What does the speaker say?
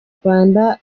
rwanda